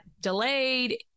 delayed